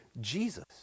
Jesus